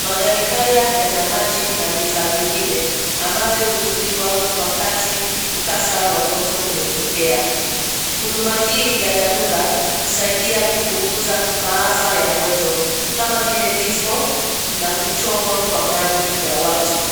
Magari haya yana maji na vifaa vingine ambavyo hutumiwa wakati mkasa wa moto umetokea. Huduma hii ya dharura, husaidia kupunguza maafa ya moto, kama vile vifo na kuchomwa kwa mali ya watu.